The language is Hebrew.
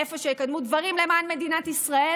איפה שיקדמו דברים למען מדינת ישראל,